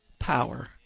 power